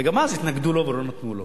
וגם אז התנגדו לו ולא נתנו לו.